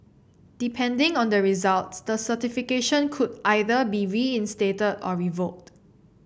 depending on the results the certification could either be reinstated or revoked